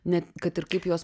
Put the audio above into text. net kad ir kaip juos